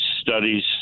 studies